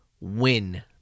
win